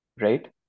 right